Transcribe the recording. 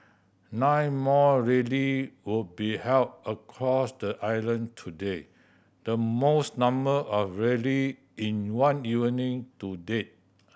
nine more rally will be held across the island today the most number of rally in one evening to date